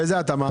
באיזו התאמה?